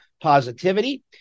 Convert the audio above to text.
positivity